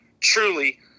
truly